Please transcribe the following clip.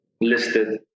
listed